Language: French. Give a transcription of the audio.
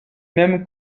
mêmes